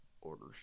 orders